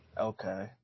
Okay